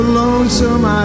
lonesome